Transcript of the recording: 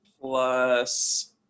Plus